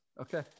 Okay